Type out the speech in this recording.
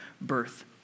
birth